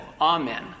Amen